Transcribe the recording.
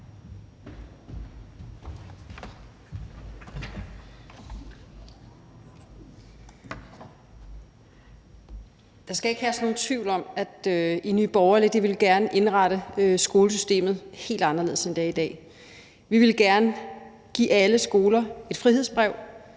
Der skal ikke herske nogen tvivl om, at vi i Nye Borgerlige gerne ville indrette skolesystemet helt anderledes, end det er i dag. Vi ville gerne give alle skoler et frihedsbrev,